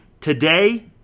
today